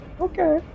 Okay